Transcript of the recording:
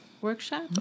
workshop